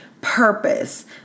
purpose